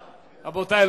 רבותי,